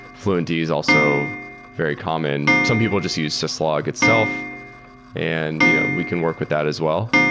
fluentd is also very common. some people just use syslog itself and you know we can work with that as well.